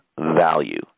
value